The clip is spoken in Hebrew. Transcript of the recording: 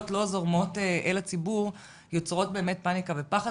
לא זורמות אל הציבור יוצרות באמת פניקה ופחד,